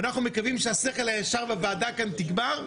ומקווים שהשכל הישר בוועדה יגבר,